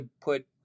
put